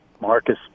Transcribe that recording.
marcus